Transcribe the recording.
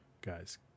guys